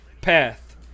path